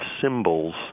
symbols